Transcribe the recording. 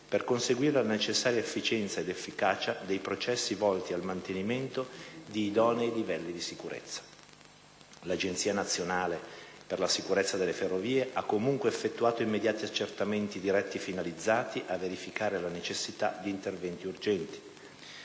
per conseguire la necessaria efficienza ed efficacia dei processi volti al mantenimento di idonei livelli di sicurezza. L'Agenzia nazionale per la sicurezza delle ferrovie ha comunque effettuato immediati accertamenti diretti, finalizzati a verificare la necessità di interventi urgenti.